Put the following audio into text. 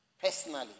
Personally